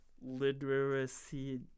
Literacy